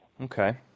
Okay